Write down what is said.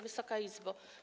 Wysoka Izbo!